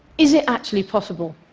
is it actually possible?